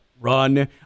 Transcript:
run